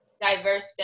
diverse